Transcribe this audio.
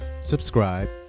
subscribe